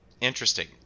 interesting